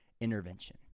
intervention